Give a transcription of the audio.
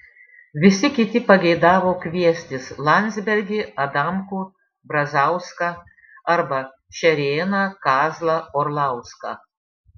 visi kiti pageidavo kviestis landsbergį adamkų brazauską arba šerėną kazlą orlauską